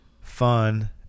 fun